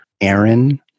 Aaron